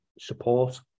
Support